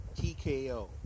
TKO